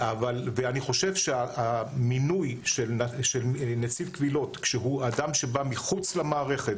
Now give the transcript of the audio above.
ואני חושב שהמינוי של נציב קבילות כשהוא אדם שבא מחוץ למערכת,